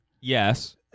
yes